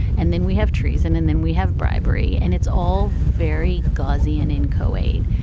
and then we have trees and and then we have bribery and it's all very gauzy and anko aid.